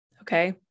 Okay